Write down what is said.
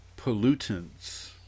pollutants